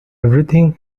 everything